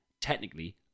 technically